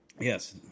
Yes